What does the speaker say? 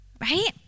right